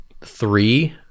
three